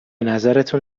نظرتون